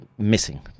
missing